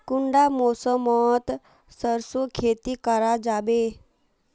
कुंडा मौसम मोत सरसों खेती करा जाबे?